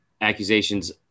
accusations